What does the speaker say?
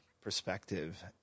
perspective